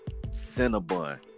Cinnabon